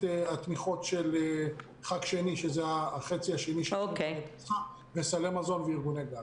התמיכות של חג שני שזה החצי השני של קמחא דפסחא לסלי מזון וארגוני גג?